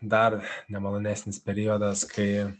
dar nemalonesnis periodas kai